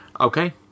Okay